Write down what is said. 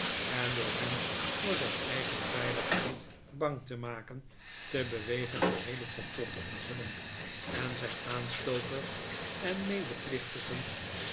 en door hem voor zijn eigen veiligheid bang te maken te bewegen het heele complot te onthullen en zijn aanstokers en medeplichtigen